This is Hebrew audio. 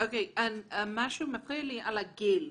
משהו מפריע לי בגיל.